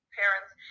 parents